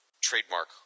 trademark